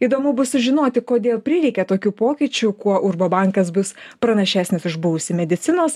įdomu bus sužinoti kodėl prireikė tokių pokyčių kuo urbo bankas bus pranašesnis už buvusį medicinos